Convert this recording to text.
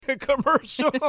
Commercial